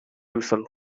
uasal